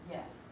Yes